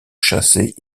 chassés